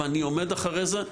ואני עומד מאחורי זה,